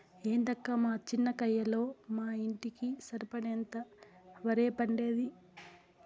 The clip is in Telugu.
ఏందక్కా మా చిన్న కయ్యలో మా ఇంటికి సరిపడేంత ఒరే పండేది